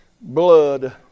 blood